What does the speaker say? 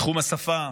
בתחום השפה,